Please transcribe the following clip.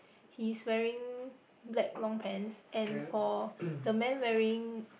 he is wearing black long pants and for the man wearing